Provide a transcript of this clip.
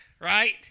right